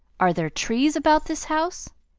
are there trees about this house?